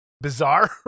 bizarre